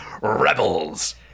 Rebels